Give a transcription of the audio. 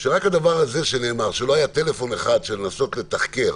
שרק הדבר הזה שנאמר שלא היה טלפון אחד של לנסות לתחקר,